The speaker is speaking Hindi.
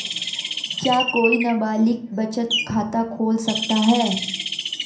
क्या कोई नाबालिग बचत खाता खोल सकता है?